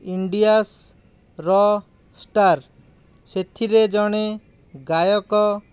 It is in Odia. ଇଣ୍ଡିଆ ର ଷ୍ଟାର୍ ସେଥିରେ ଜଣେ ଗାୟକ